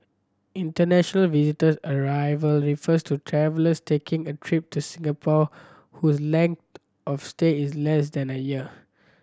international visitor arrival refer to travellers taking a trip to Singapore whose length of stay is less than a year